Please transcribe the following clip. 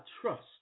trust